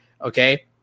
okay